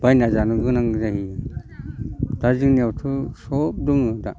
बायना जानो गोनां जायो दा जोंनियावथ' सब दङ दा